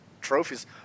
trophies